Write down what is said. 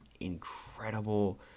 incredible